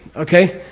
okay?